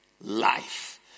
life